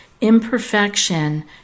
imperfection